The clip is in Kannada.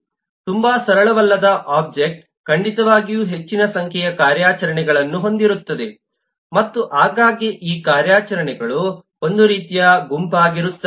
ತುಂಬಾ ಸರಳವಲ್ಲದ ಒಬ್ಜೆಕ್ಟ್ ಖಂಡಿತವಾಗಿಯೂ ಹೆಚ್ಚಿನ ಸಂಖ್ಯೆಯ ಕಾರ್ಯಾಚರಣೆಗಳನ್ನು ಹೊಂದಿರುತ್ತದೆ ಮತ್ತು ಆಗಾಗ್ಗೆ ಈ ಕಾರ್ಯಾಚರಣೆಗಳು ಒಂದು ರೀತಿಯ ಗುಂಪಾಗಿರುತ್ತವೆ